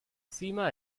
cima